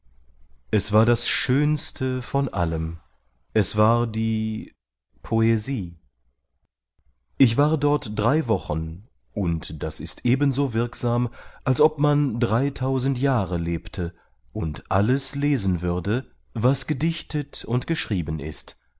es war das schönste von allem es war die poesie ich war dort drei wochen und das ist ebenso wirksam als ob man dreitausend jahre lebte und alles lesen würde was gedichtet und geschrieben ist